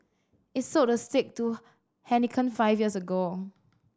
it sold the stake to Heineken five years ago